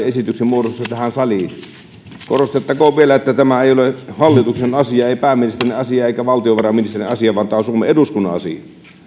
esityksen muodossa tähän saliin korostettakoon vielä että tämä ei ole hallituksen asia ei pääministerin asia eikä valtiovarainministerin asia vaan tämä on suomen eduskunnan asia